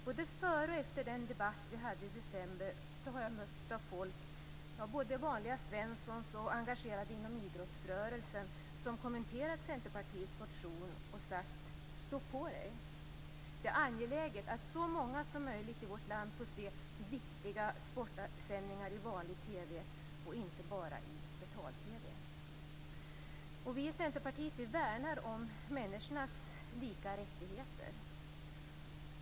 Både före och efter den debatt vi hade i december har jag mötts av folk, både vanliga Svenssons och engagerade inom idrottsrörelsen, som har kommenterat Centerpartiets motion och sagt: Stå på dig! Det är angeläget att så många som möjligt i vårt land får se "viktiga" sportsändningar i vanlig TV och inte bara i betal-TV. Vi i Centerpartiet värnar om människornas lika rättigheter.